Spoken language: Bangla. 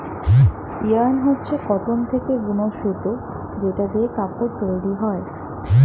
ইয়ার্ন হচ্ছে কটন থেকে বুন সুতো যেটা দিয়ে কাপড় তৈরী হয়